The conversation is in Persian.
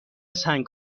سنگ